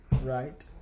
right